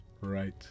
Right